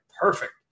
perfect